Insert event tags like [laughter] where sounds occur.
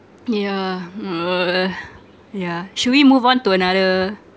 yeah [noise] yeah should we move on to another